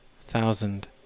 thousand